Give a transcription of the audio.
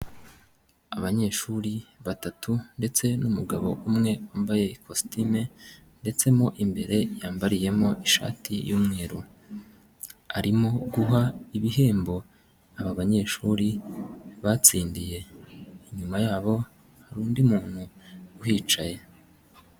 Abanyeshuri batatu ndetse n'umugabo umwe wambaye ikositime ndetse mu imbere yambariyemo ishati y'umweru arimo guha ibihembo aba banyeshuri batsindiye, inyuma yabo hari undi muntu uhicaye.